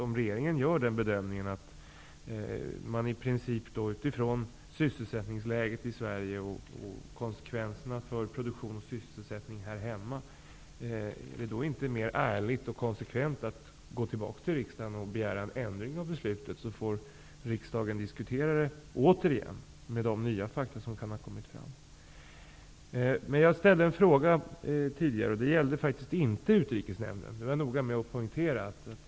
Om regeringen gör den bedömningen utifrån sysselsättningsläget i Sverige och konsekvenserna för produktion och sysselsättning här hemma, är det då inte mer ärligt och konsekvent att gå tillbaka till riksdagen och begära en ändring av beslutet? Då får riksdagen återigen diskutera detta med de nya fakta som kan ha kommit fram. Jag ställde en fråga tidigare. Den gällde faktiskt inte utrikesnämnden. Det var jag noga med att poängtera.